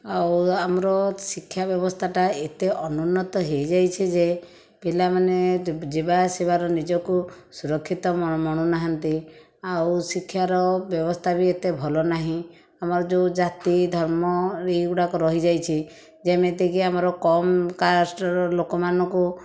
ଆଉ ଆମର ଶିକ୍ଷା ବ୍ୟବସ୍ଥାଟା ଏତେ ଅନୁନ୍ନତ ହୋଇଯାଇଛି ଯେ ପିଲାମାନେ ଯିବା ଆସିବାର ନିଜକୁ ସୁରକ୍ଷିତ ମଣୁନାହାଁନ୍ତି ଆଉ ଶିକ୍ଷାର ବ୍ୟବସ୍ଥା ବି ଏତେ ଭଲ ନାହିଁ ଆମର ଯେଉଁ ଜାତି ଧର୍ମ ଏହିଗୁଡ଼ାକ ରହିଯାଇଛି ଯେମିତିକି ଆମର କମ କାଷ୍ଟ୍ର ଲୋକମାନଙ୍କୁ